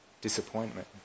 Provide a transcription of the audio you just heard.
Disappointment